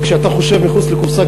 וכשאתה חושב מחוץ לקופסה,